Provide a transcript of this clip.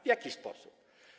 W jaki sposób?